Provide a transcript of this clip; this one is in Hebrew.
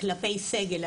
כלפי סגל,